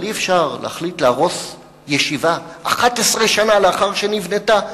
אבל אי-אפשר להחליט להרוס ישיבה 11 שנה לאחר שנבנתה,